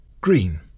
Green